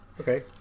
Okay